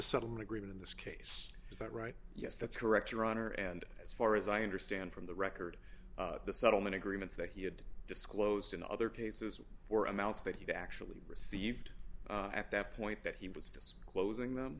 settlement agreement in this case is that right yes that's correct your honor and as far as i understand from the record the settlement agreements that he had disclosed in other cases for amounts that you've actually received at that point that he was disclosing them